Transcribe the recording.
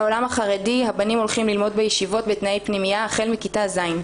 בעולם החרדי הבנים הולכים ללמוד בישיבות בתנאי פנימייה החל מכיתה ז'.